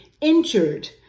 injured